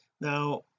now